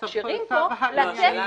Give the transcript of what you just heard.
מאפשרים פה לתת צו,